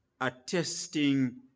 attesting